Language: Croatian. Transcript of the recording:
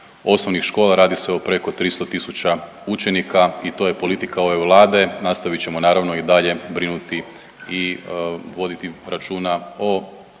osnovnih škola. Radi se o preko 300 000 učenika i to je politika ove Vlade. Nastavit ćemo naravno i dalje brinuti i voditi računa o